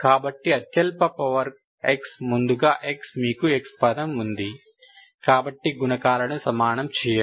కాబట్టి అత్యల్ప power x ముందుగా x మీకు x పదం ఉంది కాబట్టి గుణకాలను సమానం చేయండి